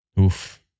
Oof